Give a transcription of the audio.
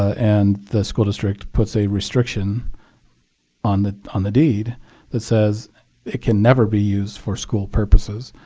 and the school district puts a restriction on the on the deed that says it can never be used for school purposes.